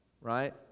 right